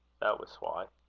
that was why.